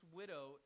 widow